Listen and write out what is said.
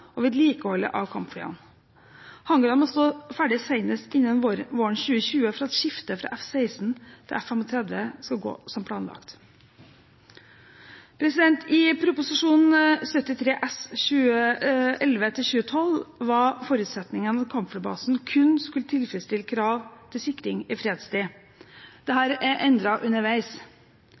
og vedlikeholdet av kampflyene. Hangarene må stå ferdig senest innen våren 2020 for at skifte fra F-16 til F-35 skal gå som planlagt. I Prop. 73 S for 2011–2012 var forutsetningene at kampflybasen kun skulle tilfredsstille krav til sikring i fredstid. Dette er endret underveis. I inneværende langtidsplan ble det